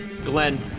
Glenn